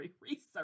research